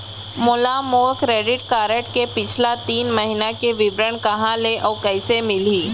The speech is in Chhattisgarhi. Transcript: मोला मोर क्रेडिट कारड के पिछला तीन महीना के विवरण कहाँ ले अऊ कइसे मिलही?